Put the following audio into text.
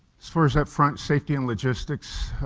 as far as up front safety and logistics,